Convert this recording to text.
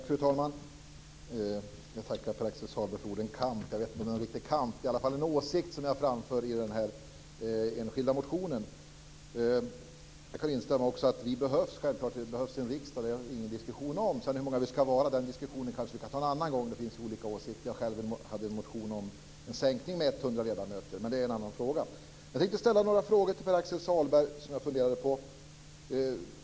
Fru talman! Jag tackar Pär Axel Sahlberg för ordet "kamp". Jag vet inte om det är någon riktig kamp, men det är i alla fall en åsikt som jag framför i den enskilda motionen. Jag kan instämma i att vi behövs; det behövs självfallet en riksdag. Det är ingen diskussion om det. Hur många vi sedan ska vara kan vi diskutera en annan gång - det finns olika åsikter. Jag hade själv en motion om en sänkning med 100 ledamöter, men det är en annan fråga. Jag tänkte ställa några frågor till Per Axel Sahlberg som jag funderar på.